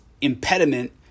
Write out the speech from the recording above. impediment